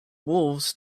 wolves